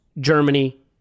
Germany